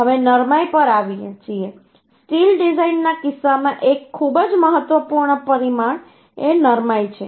હવે નરમાઈ પર આવીએ છીએ સ્ટીલ ડિઝાઇનના કિસ્સામાં એક ખૂબ જ મહત્વપૂર્ણ પરિમાણ એ નરમાઈ છે